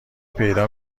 پیدا